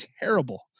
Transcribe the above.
terrible